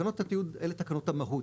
תקנות התיעוד אלה תקנות המהות,